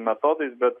metodais bet